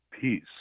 peace